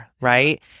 right